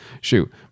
Shoot